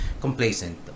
complacent